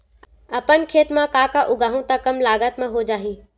अपन खेत म का का उगांहु त कम लागत म हो जाही?